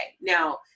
Now